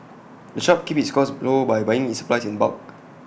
the shop keeps its costs low by buying its supplies in bulk